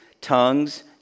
tongues